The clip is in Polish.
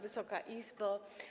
Wysoka Izbo!